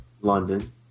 London